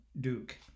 Duke